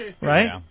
Right